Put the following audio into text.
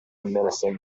menacing